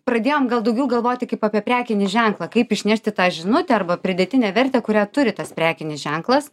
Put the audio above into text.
pradėjom gal daugiau galvoti kaip apie prekinį ženklą kaip išnešti tą žinutę arba pridėtinę vertę kurią turi tas prekinis ženklas